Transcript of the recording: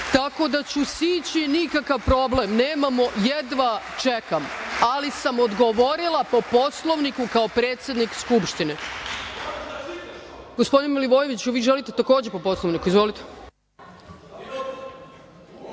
tako da ću sići i nikakav problem nemam, jedva čekam, ali sam odgovorila po Poslovniku kao predsednik Skupštine. Gospodine Milivojeviću, vi želite takođe po Poslovniku? Izvolite.